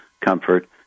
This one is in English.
comfort